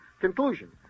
Conclusion